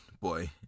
boy